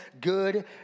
good